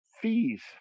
fees